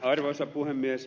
arvoisa puhemies